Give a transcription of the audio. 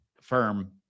firm